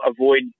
avoid